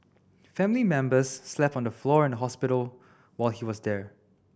family members slept on the floor in the hospital while he was there